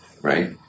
right